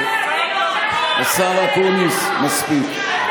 שר בממשלה, השר אקוניס, מספיק.